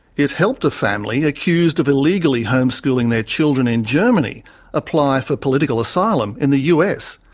it helped a family accused of illegally homeschooling their children in germany apply for political asylum in the us.